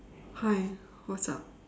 hi what's up